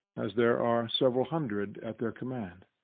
as there are several hundreds at their command.